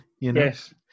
Yes